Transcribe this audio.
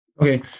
Okay